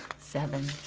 seven.